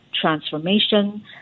transformation